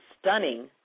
stunning